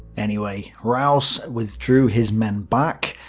anyway, raus withdrew his men back,